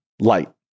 light